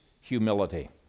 humility